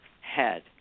head